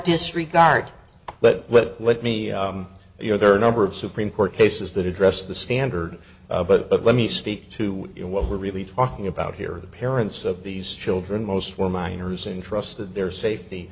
disregard but let me you know there are a number of supreme court cases that address the standard but let me speak to what we're really talking about here the parents of these children most were minors entrusted their safety